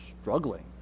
struggling